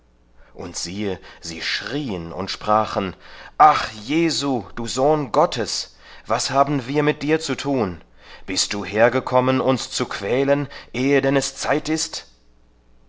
und siehe sie schrieen und sprachen ach jesu du sohn gottes was haben wir mit dir zu tun bist du hergekommen uns zu quälen ehe denn es zeit ist